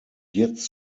jetzt